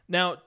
Now